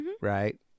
right